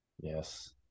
yes